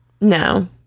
no